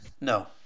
No